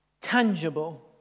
tangible